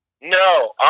No